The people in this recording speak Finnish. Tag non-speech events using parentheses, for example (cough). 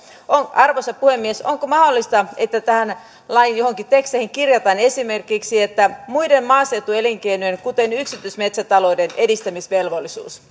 arvoisa puhemies onko mahdollista että tähän lain johonkin teksteihin kirjataan esimerkiksi muiden maaseutuelinkeinojen kuten yksityismetsätalouden edistämisvelvollisuus (unintelligible)